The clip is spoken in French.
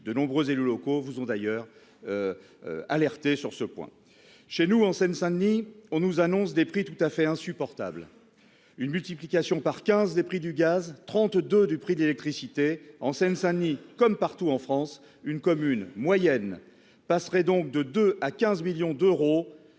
de nombreux élus locaux vous ont d'ailleurs alerté sur ce point, chez nous, en Seine Seine-Saint-Denis on nous annonce des prix tout à fait insupportable une multiplication par 15 des prix du gaz 32 du prix de l'électricité en Seine-Saint-Denis, comme partout en France, une commune moyenne passerait donc de 2 à 15 millions d'euros